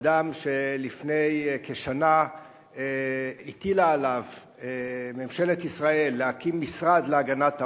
אדם שלפני כשנה הטילה עליו ממשלת ישראל להקים משרד להגנת העורף,